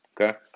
okay